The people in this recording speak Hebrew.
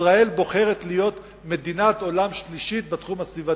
ישראל בוחרת להיות מדינת עולם שלישי בתחום הסביבתי.